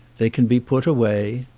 they can be put away.